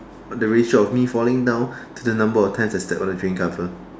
the ratio of me falling down to the number of times I stepped on the drain cover